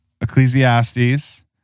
Ecclesiastes